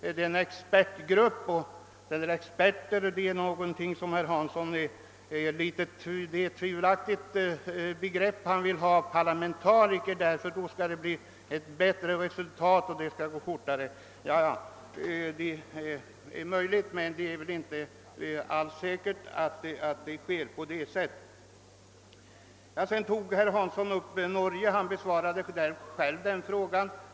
Det är en expertgrupp, och herr Hansson har funnit det betänkligt att en expertgrupp sysslar med detta. Han vill ha en parlamentariskt sammansatt kommitté; det skulle bli ett bättre resultat och gå fortare. Det är möjligt, men det är väl inte all deles säkert att det skulle bli så som han tänker sig. Herr Hansson anförde exemplet med Norge och besvarade själv den fråga som han ställt.